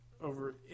over